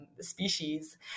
species